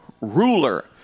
ruler